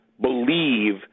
believe